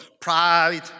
pride